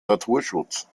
naturschutz